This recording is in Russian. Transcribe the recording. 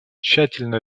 тщательно